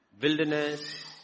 wilderness